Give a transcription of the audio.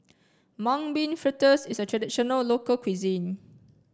Mung Bean Fritters is a traditional local cuisine